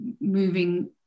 moving